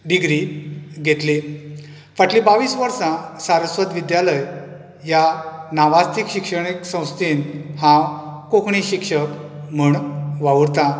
degree घेतली फाटली बावीस वर्सां सारस्वत विद्यालय ह्या नावाजतीक शिक्षणीक संस्थेंत हांव कोंकणी शिक्षक म्हण वावूरता